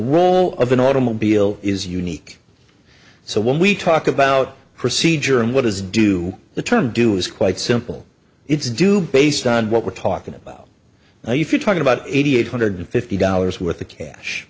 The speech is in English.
wool of an automobile is unique so when we talk about procedure and what does do the term do is quite simple it's do based on what we're talking about now you're talking about eighty eight hundred fifty dollars worth of cash